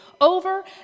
over